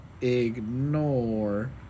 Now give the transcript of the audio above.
ignore